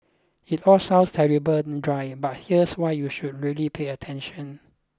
it all sounds terribly dry but here's why you should really pay attention